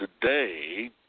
today